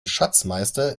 schatzmeister